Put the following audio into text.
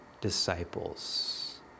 disciples